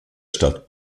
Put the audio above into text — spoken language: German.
stadt